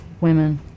women